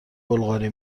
بلغاری